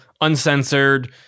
uncensored